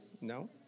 No